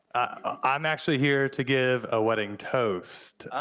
i'm actually here to give a wedding toast.